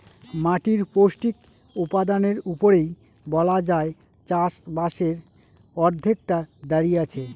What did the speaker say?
মাটির পৌষ্টিক উপাদানের উপরেই বলা যায় চাষবাসের অর্ধেকটা দাঁড়িয়ে আছে